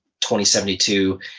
2072